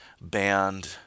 band